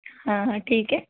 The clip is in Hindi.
हाँ हाँ ठीक है